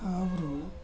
ಅವರು